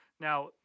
Now